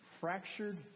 fractured